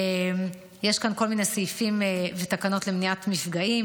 יש כאן כל מיני סעיפים ותקנות למניעת מפגעים.